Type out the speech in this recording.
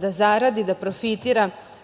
da zaradi, da profitira,